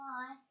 Bye